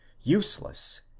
useless